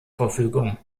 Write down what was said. verfügung